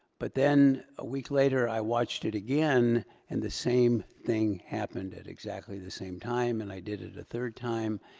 but then a week later i watched it again and the same thing happened at exactly the same time and i did it a third time,